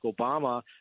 Obama